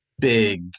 big